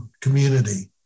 community